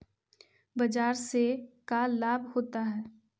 बाजार से का लाभ होता है?